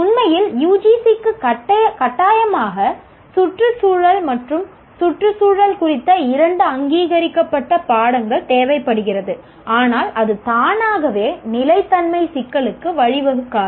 உண்மையில் UGC க்கு கட்டாயமாக சுற்றுச்சூழல் மற்றும் சுற்றுச்சூழல் குறித்த இரண்டு அங்கீகரிக்கப்பட்ட பாடங்கள் தேவைப்படுகிறது ஆனால் அது தானாகவே நிலைத்தன்மை சிக்கலுக்கு வழிவகுக்காது